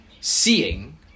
seeing